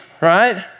right